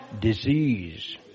disease